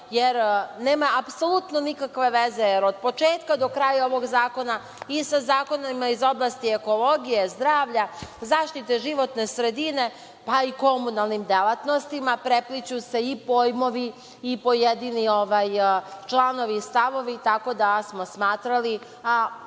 jer nema apsolutno nikakve veze, jer od početka do kraja ovog zakona i sa zakonima iz oblasti ekologije, zdravlja, zaštite životne sredine, pa i komunalnim delatnostima, prepliću se i pojmovi i pojedini članovi i stavovi, tako da smo smatrali,